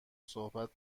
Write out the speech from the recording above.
صحبت